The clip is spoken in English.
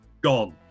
gone